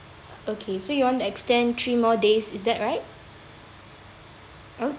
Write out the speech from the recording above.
okay so you want to extend three more days is that right